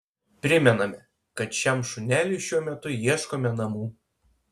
primename kad šiam šuneliui šiuo metu ieškome namų